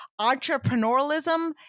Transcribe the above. entrepreneurialism